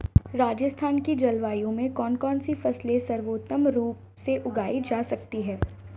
राजस्थान की जलवायु में कौन कौनसी फसलें सर्वोत्तम रूप से उगाई जा सकती हैं?